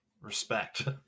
respect